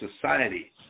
society